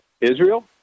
Israel